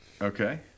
Okay